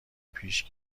پیشی